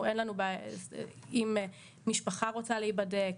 אם משפחה רוצה להיבדק,